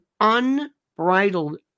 unbridled